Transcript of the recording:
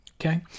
okay